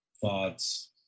thoughts